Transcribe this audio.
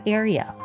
area